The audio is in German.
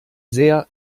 sehr